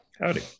Howdy